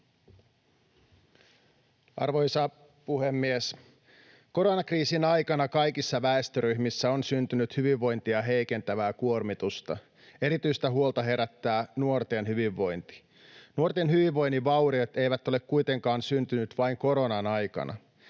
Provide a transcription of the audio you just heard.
Arvoisa puhemies! Koronakriisin aikana kaikissa väestöryhmissä on syntynyt hyvinvointia heikentävää kuormitusta. Erityistä huolta herättää nuorten hyvinvointi. Nuorten hyvinvoinnin vauriot eivät ole kuitenkaan syntyneet vain koronan aikana.